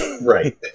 Right